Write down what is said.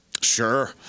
Sure